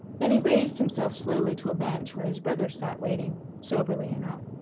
then he raised himself slowly to a bench where his brothers sat waiting, soberly enough.